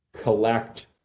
collect